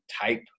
type